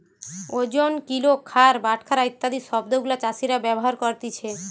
ওজন, কিলো, ভার, বাটখারা ইত্যাদি শব্দ গুলা চাষীরা ব্যবহার করতিছে